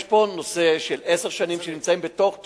יש פה נושא של עשר שנים, נמצאים בתוך תחומים,